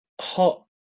Hot